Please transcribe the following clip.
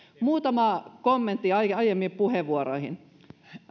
muutama kommentti aiempiin puheenvuoroihin